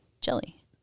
jelly